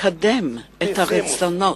לקדם את הרצונות,